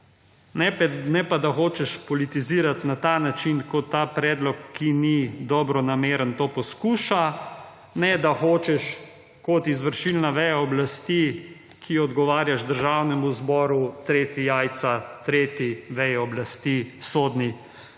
Ne pa da hočeš politizirati na ta način, kot ta predlog, ki ni dobronameren, to poskuša. Ne da hočeš kot izvršilna veja oblasti, ki odgovarja Državnemu zboru, treti jajca tretji veji oblasti, sodni,